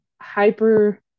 hyper